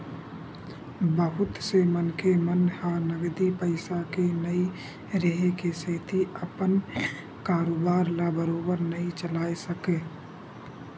बहुत से मनखे मन ह नगदी पइसा के नइ रेहे के सेती अपन कारोबार ल बरोबर नइ चलाय सकय